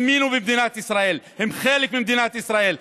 האמינו במדינת ישראל, הם חלק ממדינת ישראל.